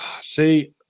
see